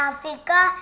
Africa